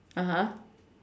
(uh huh)